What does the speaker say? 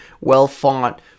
well-fought